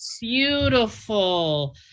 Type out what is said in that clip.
beautiful